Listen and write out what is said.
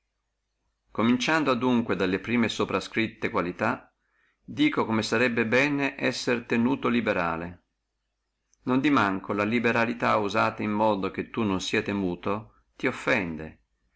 cominciandomi adunque alle prime soprascritte qualità dico come sarebbe bene essere tenuto liberale non di manco la liberalità usata in modo che tu sia tenuto ti offende